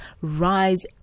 rise